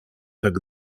tak